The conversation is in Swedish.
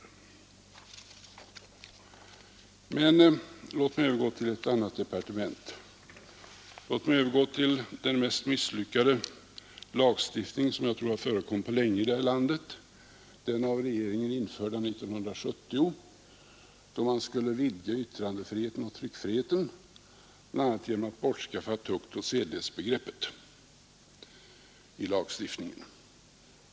Låt mig härefter övergå till ett annat departement och till den enligt min mening mest misslyckade lagstiftning som förekommit på länge här i landet, nämligen den av regeringen år 1970 införda, då man skulle utvidga yttrandeoch tryckfriheten genom att bl.a. ta bort tuktoch sedlighetsbegreppet i lagstiftningen.